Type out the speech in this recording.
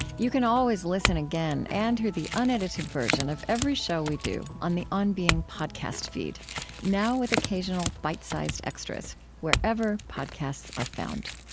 you can always listen again and hear the unedited version of every show we do on the on being podcast feed now with occasional bite-sized extras wherever podcasts are found